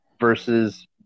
Versus